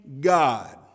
God